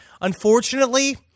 unfortunately